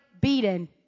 beaten